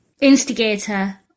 Instigator